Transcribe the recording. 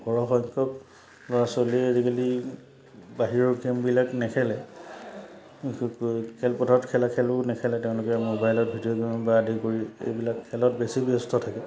সৰহ সংখ্যক ল'ৰা ছোৱালীয়ে আজিকালি বাহিৰৰ গেমবিলাক নেখেলে খেলপথাৰত খেলা খেলবোৰ নেখেলে তেওঁলোকে মোবাইলত ভিডিঅ' গেম পৰা আদি কৰি এইবিলাক খেলত বেছি ব্যস্ত থাকে